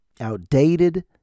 outdated